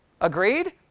Agreed